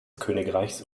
königreichs